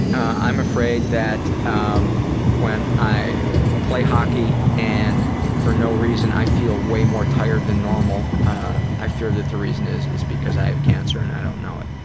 i'm afraid that um when i play hockey and for no reason i feel way more tired than normal, i fear that the reason is is because i have cancer and i don't know it.